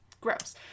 Gross